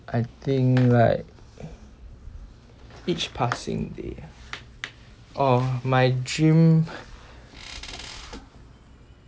I think like each passing day ah orh my dream